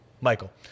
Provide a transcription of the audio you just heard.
Michael